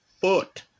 foot